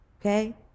Okay